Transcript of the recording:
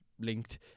linked